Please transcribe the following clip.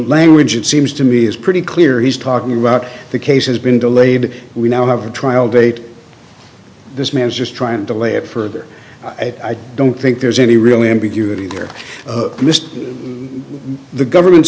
language it seems to me is pretty clear he's talking about the case has been delayed we now have a trial date this man is just trying to lay it further i don't think there's any real ambiguity here missed the government